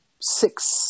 six